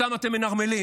אותם אתם מנרמלים.